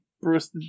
Bruce